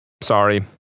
sorry